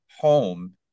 home